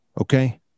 Okay